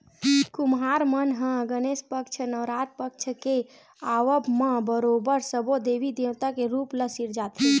कुम्हार मन ह गनेस पक्छ, नवरात पक्छ के आवब म बरोबर सब्बो देवी देवता के रुप ल सिरजाथे